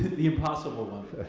the impossible one.